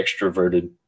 extroverted